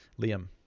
Liam